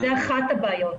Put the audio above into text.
זו אחת הבעיות.